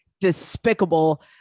Despicable